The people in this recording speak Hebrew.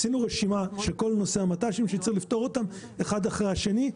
עשינו בוות"פ רשימה של כל נושא המט"שים שצריך לפתור אותם אחד אחרי השני.